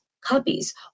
Copies